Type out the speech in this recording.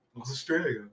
Australia